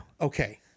Okay